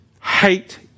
Hate